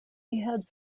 had